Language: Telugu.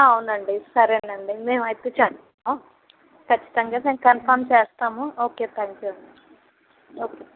అవునండి సరేనండి మేమైతే చేస్తాం ఖచ్చితంగా మేము కన్ఫామ్ చేస్తాము ఓకే త్యాంక్ యూ అండి ఓకే